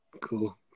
Cool